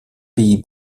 pays